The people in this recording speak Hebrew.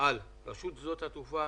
על רשות שדות התעופה